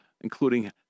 including